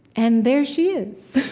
and there she is.